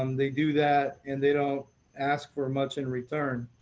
um they do that and they don't ask for much in return.